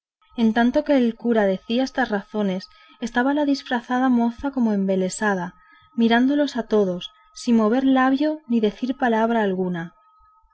en tanto que el cura decía estas razones estaba la disfrazada moza como embelesada mirándolos a todos sin mover labio ni decir palabra alguna